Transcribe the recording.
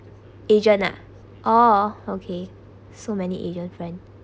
adrian ah orh okay so many agent friend